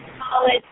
college